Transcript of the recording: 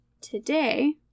today